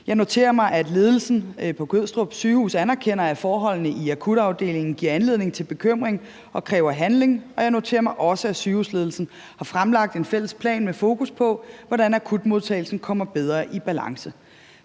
Jeg noterer mig, at ledelsen på Regionshospitalet Gødstrup anerkender, at forholdene i akutafdelingen giver anledning til bekymring og kræver handling, og jeg noterer mig også, at sygehusledelsen har fremlagt en fælles plan med fokus på, hvordan akutmodtagelsen kommer bedre i balance.